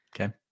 Okay